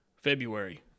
February